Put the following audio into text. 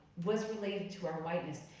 was related to our whiteness.